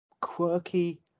quirky